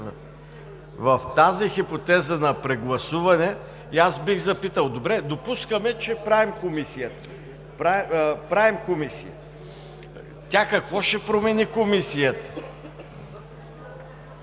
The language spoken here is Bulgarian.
В тази хипотеза на прегласуване, аз бих запитал – допускаме, че правим комисия. Тя какво ще промени?